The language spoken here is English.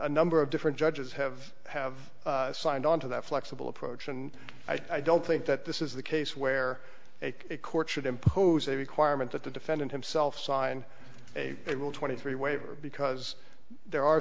a number of different judges have have signed on to that flexible approach and i don't think that this is the case where a court should impose a requirement that the defendant himself sign a rule twenty three waiver because there are